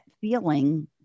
feeling